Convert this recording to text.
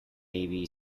navy